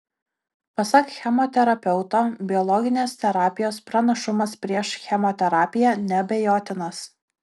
pasak chemoterapeuto biologinės terapijos pranašumas prieš chemoterapiją neabejotinas